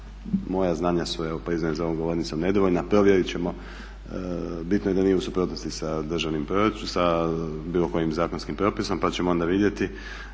moja znanja su evo priznajem za ovom govornicom nedovoljna. Provjerit ćemo. Bitno je da nije u suprotnosti sa državnim proračunom, sa bilo kojim zakonskim propisom pa ćemo onda vidjeti.